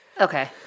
Okay